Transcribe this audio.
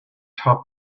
top